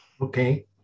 Okay